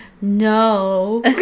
no